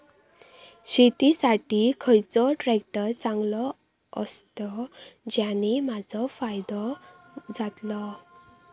शेती साठी खयचो ट्रॅक्टर चांगलो अस्तलो ज्याने माजो फायदो जातलो?